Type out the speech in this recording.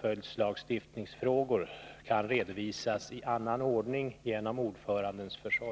följdlagstiftningsfrågor kan redovisas i annan ordning genom ordförandens försorg.